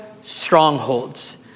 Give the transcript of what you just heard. strongholds